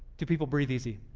do people breathe easy?